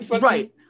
Right